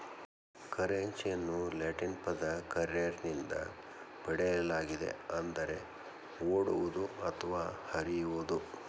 ಕರೆನ್ಸಿಯನ್ನು ಲ್ಯಾಟಿನ್ ಪದ ಕರ್ರೆರೆ ನಿಂದ ಪಡೆಯಲಾಗಿದೆ ಅಂದರೆ ಓಡುವುದು ಅಥವಾ ಹರಿಯುವುದು